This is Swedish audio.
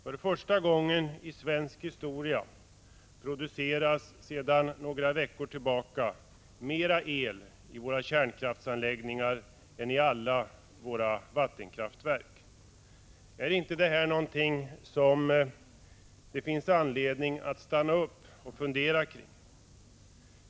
För första gången i svensk historia produceras det sedan några veckor tillbaka mera el i våra kärnkraftsanläggningar än i alla våra vattenkraftverk. Är inte detta något som det finns anledning att stanna upp och fundera kring?